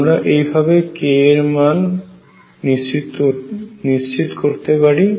আমরা এইভাবে k এর মানটি নিশ্চিত করতে পারি